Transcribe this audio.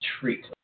treat